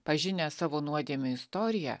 pažinę savo nuodėmių istoriją